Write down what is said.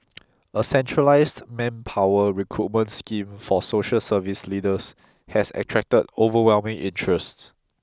a centralised manpower recruitment scheme for social service leaders has attracted overwhelming interest